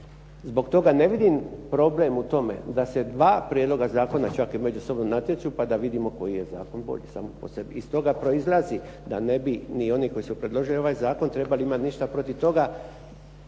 Zbog toga ne vidim problem u tome da se dva prijedloga zakona čak i međusobno natječu, pa da vidimo koji je zakon bolji sam po sebi. Iz toga proizlazi da ne bi ni oni koji su predložili ovaj zakon trebali imati ništa protiv toga